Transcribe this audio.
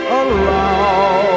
allow